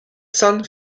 san